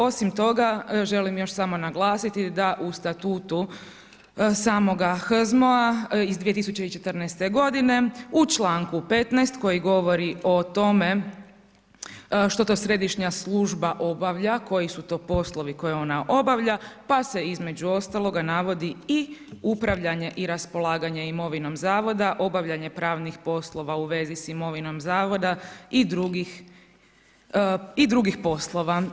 Osim toga želim samo još naglasiti da u Statutu samoga HZMO-a iz 2014. godine u članku 15. koji govori o tome što to središnja služba obavlja, koji su to poslovi koje ona obavlja pa se između ostaloga navodi i upravljanje i raspolaganje imovinom zavoda, obavljanje pravnih poslova u vezi s imovinom zavoda i drugih poslova.